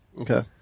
Okay